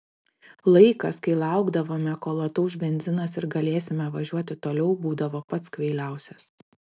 laikas kai laukdavome kol atauš benzinas ir galėsime važiuoti toliau būdavo pats kvailiausias